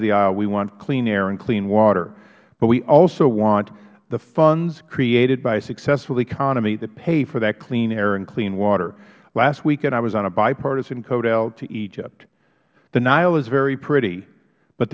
of the aisle we want clean air and clean water but we also want the funds created by a successful economy that pay for that clean air and clean water last weekend i was on a bipartisan codel to egypt the nile is very pretty but